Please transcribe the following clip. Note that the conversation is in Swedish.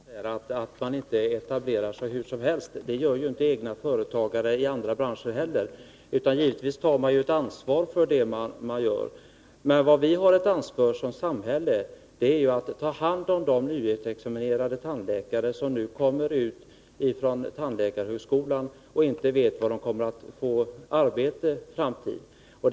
Fru talman! Jag förstår inte det som har sagts här, att man inte etablerar sig hur som helst. Det gör ju inte heller egna företagare i andra branscher. Givetvis tar man ansvar för det man gör. Men vad vi från samhällets sida har ett ansvar för är att ta hand om de nyutexaminerade tandläkare som nu kommer ut från tandläkarhögskolan och inte vet var de får arbete i framtiden.